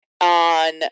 on